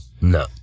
no